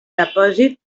depòsit